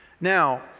Now